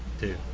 Two